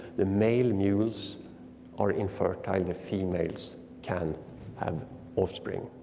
the male mules are infertile, the females can have offspring.